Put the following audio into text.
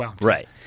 Right